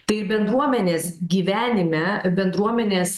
tai ir bendruomenės gyvenime bendruomenės